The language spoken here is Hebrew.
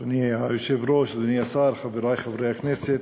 אדוני היושב-ראש, אדוני השר, חברי חברי הכנסת,